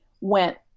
went